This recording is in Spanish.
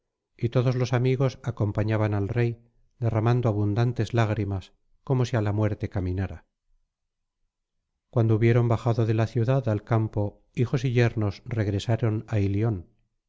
y todos los amigos acompañaban al rey derramando abundantes lágrimas como si á la muerte caminara cuando hubieron bajado de la ciudad al campo hijos y yernos regresaron á ilion